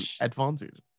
advantage